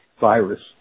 virus